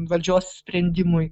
valdžios sprendimui